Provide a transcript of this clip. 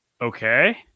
Okay